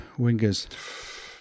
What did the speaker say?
Wingers